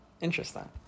Interesting